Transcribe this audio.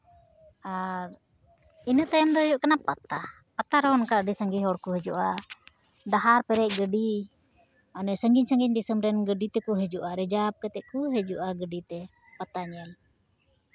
ᱟᱨ ᱤᱱᱟᱹ ᱛᱟᱭᱚᱢ ᱫᱚ ᱦᱩᱭᱩᱜ ᱠᱟᱱᱟ ᱯᱟᱛᱟ ᱯᱟᱛᱟ ᱨᱮᱦᱚᱸ ᱚᱱᱠᱟ ᱟᱹᱰᱤ ᱥᱟᱸᱜᱮ ᱦᱚᱲᱠᱚ ᱦᱤᱡᱩᱜᱼᱟ ᱰᱟᱦᱟᱨ ᱯᱮᱨᱮᱡ ᱜᱟᱹᱰᱤ ᱢᱟᱱᱮ ᱥᱟᱺᱜᱤᱧ ᱥᱟᱺᱜᱤᱧ ᱫᱤᱥᱚᱢ ᱨᱮᱱ ᱜᱟᱹᱰᱤ ᱛᱮᱠᱚ ᱦᱤᱡᱩᱜᱼᱟ ᱨᱤᱡᱟᱨᱵᱷ ᱠᱟᱛᱮᱫ ᱠᱚ ᱦᱤᱡᱩᱜᱼᱟ ᱜᱟᱹᱰᱤᱛᱮ ᱯᱟᱛᱟ ᱧᱮᱞ